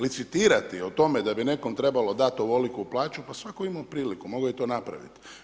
Licitirati o tome da bi nekom trebalo dati ovoliku plaću, pa svatko je imao priliku, mogao je to napraviti.